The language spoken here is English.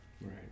Right